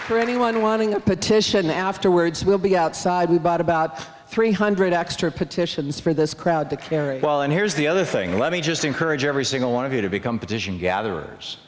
for anyone wanting a petition afterwards we'll be outside about three hundred extra petitions for this crowd to care well and here's the other thing let me just encourage every single one of you to become petition gatherers